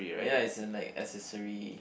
ya it's a like accessory